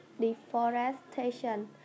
deforestation